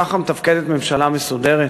ככה מתפקדת ממשלה מסודרת,